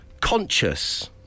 conscious